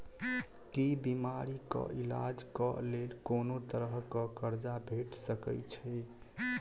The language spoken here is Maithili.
की बीमारी कऽ इलाज कऽ लेल कोनो तरह कऽ कर्जा भेट सकय छई?